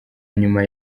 nyuma